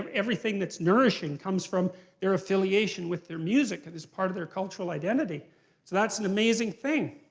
everything that's nourishing comes from their affiliation with their music. it's part of their cultural identity. so that's an amazing thing.